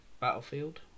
battlefield